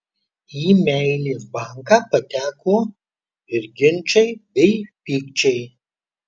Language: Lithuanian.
į meilės banką pateko ir ginčai bei pykčiai